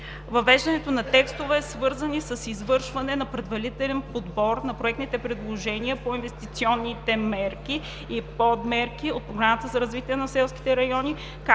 Въвеждането на текстове, свързани с извършване на предварителен подбор на проектни предложения по инвестиционните мерки и подмерки от Програмата за развитие на селските райони,